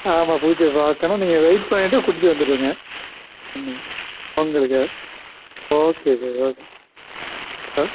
ஆ ஆமாம் பூஜையை பார்க்கணும் நீங்கள் வெயிட் பண்ணிவிட்டு கூட்டிவிட்டு வந்துடுங்க ம் வந்துடுங்க ஓகே சார் ஓகே ஆ